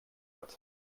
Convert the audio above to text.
hat